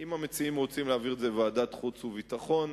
אם המציעים רוצים להעביר את הנושא לוועדת חוץ וביטחון,